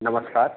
नमस्कार